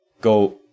go